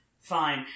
Fine